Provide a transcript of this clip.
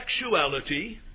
sexuality